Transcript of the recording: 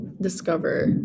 discover